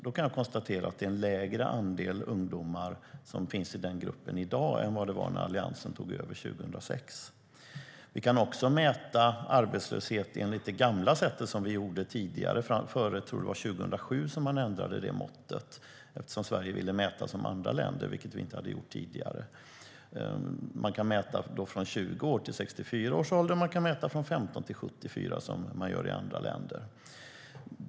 Då kan jag konstatera att det är en lägre andel ungdomar i den gruppen i dag än vad det var när Alliansen tog över 2006. Man kan också mäta arbetslöshet enligt det gamla sättet som vi använde tidigare. Jag tror att man ändrade det måttet 2007 då Sverige ville mäta som andra länder, vilket vi inte hade gjort tidigare. Man kan mäta arbetslösheten i åldrarna 20-64 år, och man kan mäta i åldrarna 15-74 år som man gör i andra länder.